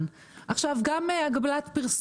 בטט?